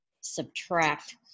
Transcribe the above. subtract